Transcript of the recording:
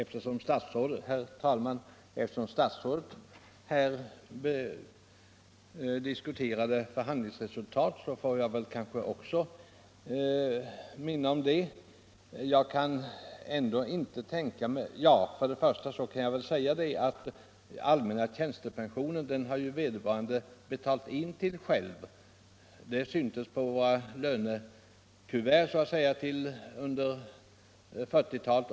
Nr 42 Herr talman! Eftersom statsrådet diskuterade förhandlingsresultatet, Torsdagen den får kanske även jag minna om det. 20 mars 1975 Den allmänna tjänstepensionen har vederbörande själv betalat inpeng= = ar till. Det syntes i våra lönekuvert under 1940-talet.